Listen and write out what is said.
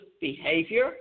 behavior